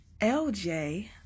lj